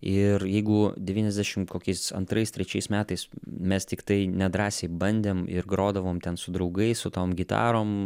ir jeigu devyniasdešim kokiais antrais trečiais metais mes tiktai nedrąsiai bandėm ir grodavom ten su draugais su tom gitarom